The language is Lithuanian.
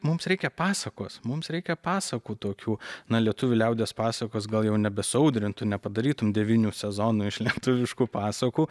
mums reikia pasakos mums reikia pasakų tokių na lietuvių liaudies pasakos gal jau nebe suaudrintų nepadarytum devynių sezonų iš lietuviškų pasakų